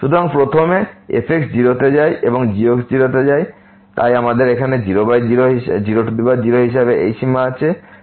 সুতরাং প্রথমে f 0 তে যায় এবং gx 0 তে যায় তাই আমাদের এখানে 00 হিসাবে এই সীমা আছে